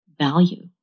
value